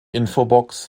infobox